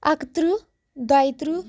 اَکہٕ تٕرٛہ دۄیہِ تٕرٛہ